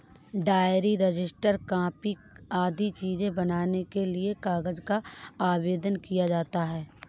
diary, register, copy आदि चीजें बनाने के लिए कागज का आवेदन किया जाता है